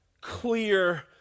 clear